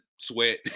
sweat